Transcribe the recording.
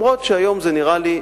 גם אם היום זה נראה לי,